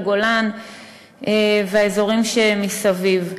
הגולן והאזורים שמסביב.